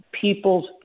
people's